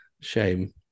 shame